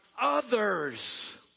others